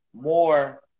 more